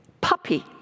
puppy